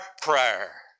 prayer